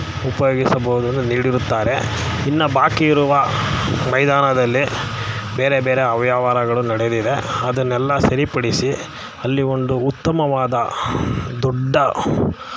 ಉಪಯೋಗಿಸಬೌದು ನೀಡಿರುತ್ತಾರೆ ಇನ್ನು ಬಾಕಿ ಇರುವ ಮೈದಾನದಲ್ಲಿ ಬೇರೆ ಬೇರೆ ಅವ್ಯವಹಾರಗಳು ನಡೆದಿದೆ ಅದನ್ನೆಲ್ಲ ಸರಿಪಡಿಸಿ ಅಲ್ಲಿ ಒಂದು ಉತ್ತಮವಾದ ದೊಡ್ಡ